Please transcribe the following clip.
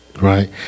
right